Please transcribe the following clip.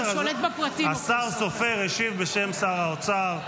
השר סופר השיב בשם שר האוצר.